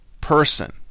Person